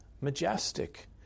majestic